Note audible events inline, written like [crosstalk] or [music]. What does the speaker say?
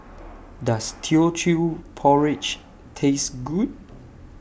[noise] Does Teochew Porridge Taste Good